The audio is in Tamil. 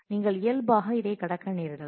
நீங்கள் இயல்பாக இதை கடக்க நேரிடலாம்